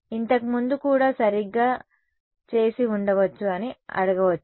ఇంతకు ముందు కూడా సరిగ్గా చేసి ఉండవచ్చు అని అడగవచ్చు